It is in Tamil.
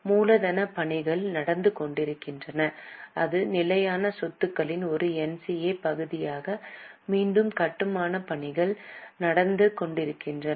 மூலதனப் பணிகள் நடந்து கொண்டிருக்கின்றன இது நிலையான சொத்துக்களின் ஒரு NCA பகுதியாக மீண்டும் கட்டுமானப் பணிகள் நடந்து கொண்டிருக்கின்றன